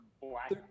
black